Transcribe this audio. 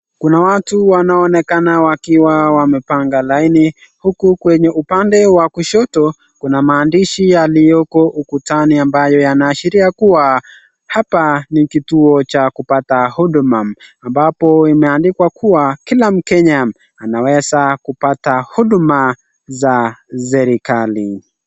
Kuna watu wanaonekana wakiwa wamepanga laini ,huku kwenye upande wa kushoto kuna maandishi yalioko ukutani ambayo yanaashilia kuwa hapa ni kituo cha kupata huduma. Ambapo imeandikwa kuwa kila mkenya anaweza kupata huduma za serikali.